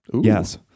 Yes